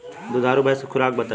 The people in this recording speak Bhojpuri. दुधारू भैंस के खुराक बताई?